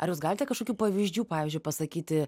ar jūs galite kažkokių pavyzdžių pavyzdžiui pasakyti